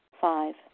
Five